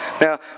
Now